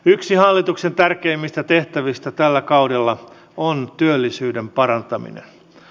yksi hallituksen tärkeimmistä tehtävistä tällä kaudella on työllisyyden parantaminen